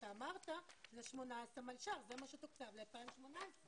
אתה אמרת שזה מה שתוקצב ל-2018.